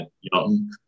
young